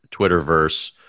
twitterverse